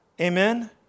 Amen